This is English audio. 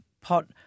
pot